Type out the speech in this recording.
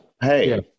hey